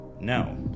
No